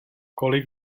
kolik